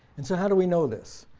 and so how do we know this?